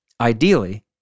ideally